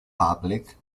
public